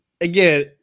again